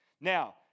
Now